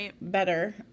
better